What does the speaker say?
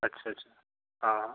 अच्छा अच्छा हां